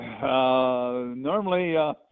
Normally